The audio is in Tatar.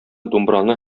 думбраны